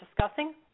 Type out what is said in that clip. discussing